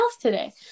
today